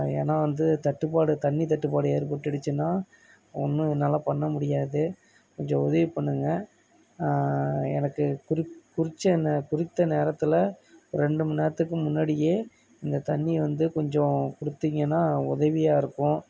ஏன்னால் வந்து தட்டுப்பாடு தண்ணி தட்டுப்பாடு ஏற்பட்டுடிச்சுன்னா ஒன்றும் என்னால் பண்ண முடியாது கொஞ்சம் உதவி பண்ணுங்கள் எனக்கு குறிப் குறிச்ச நே குறித்த நேரத்தில் ரெண்டு மணிநேரத்துக்கு முன்னாடியே இந்த தண்ணி வந்து கொஞ்சம் கொடுத்தீங்கன்னா உதவியாக இருக்கும்